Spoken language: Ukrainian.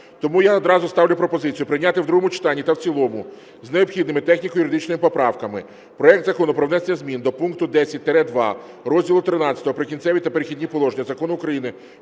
Тому я одразу ставлю пропозицію прийняти в другому читанні та в цілому з необхідними техніко-юридичними поправками проект Закону про внесення зміни до пункту 10-2 розділу ХІІІ "Прикінцеві та перехідні положення" Закону України